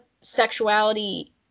sexuality